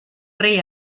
rei